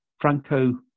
Franco